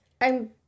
I'm-